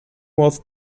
roofed